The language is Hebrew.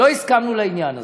לא הסכמנו לעניין הזה.